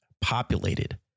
populated